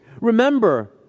Remember